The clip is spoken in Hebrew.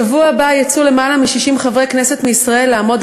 בשבוע הבא יצאו יותר מ-60 חברי כנסת מישראל לעמוד